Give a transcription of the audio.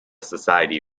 society